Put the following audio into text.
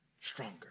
stronger